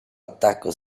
attacco